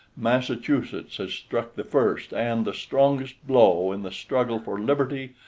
massachusetts has struck the first and the strongest blow in the struggle for liberty,